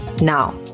Now